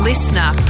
Listener